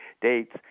dates